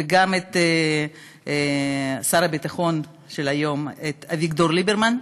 וגם את שר הביטחון של היום, אביגדור ליברמן,